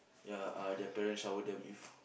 ya uh their parents shower them with